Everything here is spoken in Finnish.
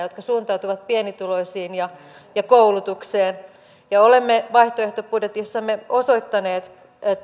jotka suuntautuvat pienituloisiin ja ja koulutukseen ja olemme vaihtoehtobudjetissamme osoittaneet